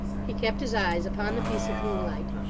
he kept his eyes upon the piece of moonlight.